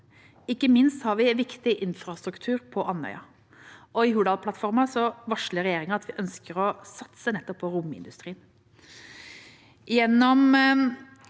Ikke minst har vi viktig infrastruktur på Andøya, og i Hurdalsplattformen varsler regjeringa at vi ønsker å satse på nettopp romindustrien.